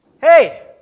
Hey